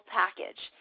package